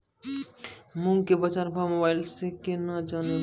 मूंग के बाजार भाव मोबाइल से के ना जान ब?